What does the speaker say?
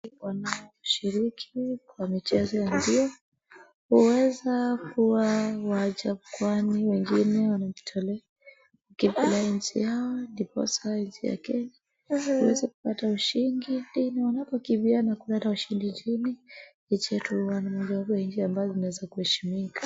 Watu wanaposhiriki kwa michezo ya mbio huweza kuwa waajabu, kwani wengine wanajitolea kukimbilia nchi yao. Ndiposa nchi ya Kenya huweza kupata ushindi na wanapokimbiana kuleta ushindi nchini, ni chetu huwa moja wapo ya nchi ambazo zinaweza kuheshimika.